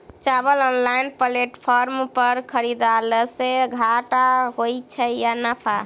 चावल online platform पर खरीदलासे घाटा होइ छै या नफा?